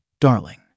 darling